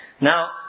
Now